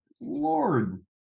Lord